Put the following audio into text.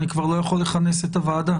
אני כבר לא יכול לכנס את הוועדה.